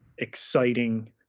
exciting